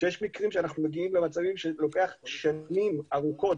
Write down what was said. כשיש מקרים שאנחנו מגיעים למצבים שלוקח שנים ארוכות,